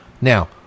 Now